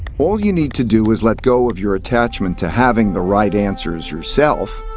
all you need to do is let go of your attachment to having the right answers yourself,